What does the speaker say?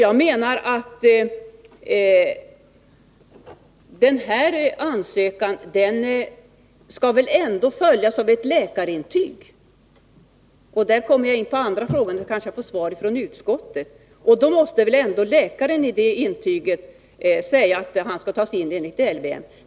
Ansökan skall väl ändå åtföljas av ett läkarintyg. Därmed kommer jag in på min andra fråga, som jag kanske får besvarad av utskottets talesman. Läkaren måste väl i det intyget säga att personen skall tas in enligt LVM.